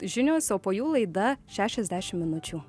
žinios o po jų laida šešiasdešim minučiųs